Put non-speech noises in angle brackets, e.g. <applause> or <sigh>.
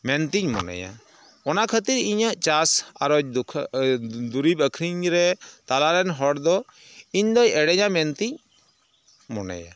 ᱢᱮᱱᱛᱤᱧ ᱢᱚᱱᱮᱭᱟ ᱚᱱᱟ ᱠᱷᱟᱹᱛᱤᱨ ᱤᱧᱟᱹᱜ ᱪᱟᱥ ᱟᱲᱚᱛ <unintelligible> ᱫᱩᱨᱤᱵ ᱟᱹᱠᱷᱨᱤᱧ ᱨᱮ ᱛᱟᱞᱟᱨᱮᱱ ᱦᱚᱲᱫᱚ ᱤᱧᱫᱚᱭ ᱮᱲᱮᱧᱟ ᱢᱮᱱᱛᱮᱧ ᱢᱚᱱᱮᱭᱟ